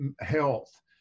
health